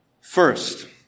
First